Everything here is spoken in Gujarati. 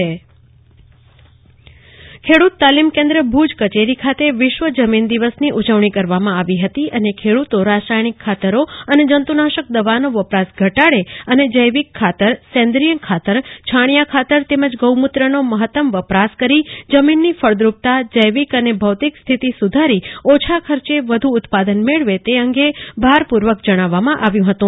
કલ્પના શાહ વિશ્વ જમીન દિવસની કરાયેલી ઉજવણી ખેડૂત તાલીમ કેન્દ્ર ભુજ કચેરી ખાતે હ્નવિશ્વ જમીન દિવસની ઉજવણી કરવામાં આવી હતી અને ખેડૂતો રાસાયણિક ખાતરો અને જંતુનાશક દવાનો વપરાશ ધટાડે અને જૈવિક ખાતર સેંદ્રિય ખાતર છાણિયા ખાતર તેમજ ગૌમુત્રનો મહત્તમ વપરાશ કરી જમીનની ફળદ્રપતા જૈવિક અને ભૌતિક સ્થિતિ સુધારી ઓછા ખર્ચે વધુ ઉત્પાદન મેળવે તે અંગે ભારપૂર્વક જણાવવામાં આવ્યું હતું